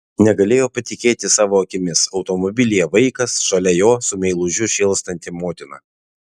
negalėjo patikėti savo akimis automobilyje vaikas šalia jo su meilužiu šėlstanti motina